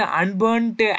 unburnt